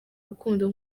rukundo